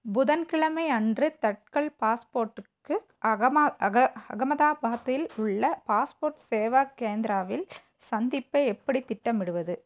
புதன்கிழமை அன்று தட்கல் பாஸ்போர்ட்டுக்கு அகமா அக அகமதாபாத்தில் உள்ள பாஸ்போர்ட் சேவா கேந்திராவில் சந்திப்பை எப்படி திட்டமிடுவது